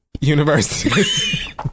University